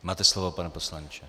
Máte slovo, pane poslanče.